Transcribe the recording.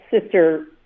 sister